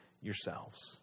yourselves